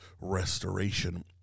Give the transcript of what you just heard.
restoration